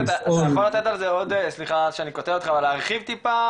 צפריר אתה יכול להרחיב טיפה?